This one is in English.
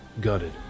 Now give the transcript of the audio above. gutted